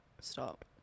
Stop